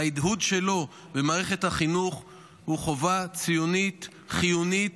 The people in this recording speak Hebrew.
והדהוד שלו במערכת החינוך הוא חובה ציונית חיונית